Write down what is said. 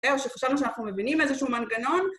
זהו, שחשבנו שאנחנו מבינים איזשהו מנגנון...